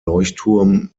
leuchtturm